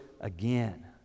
again